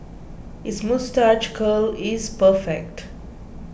his moustache curl is perfect